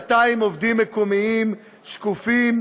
1,200 עובדים מקומיים שקופים,